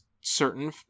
certain